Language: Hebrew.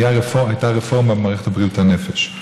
הייתה רפורמה במערכת בריאות הנפש.